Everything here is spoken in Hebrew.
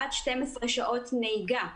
עד 12 שעות נהיגה.